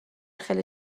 خیلی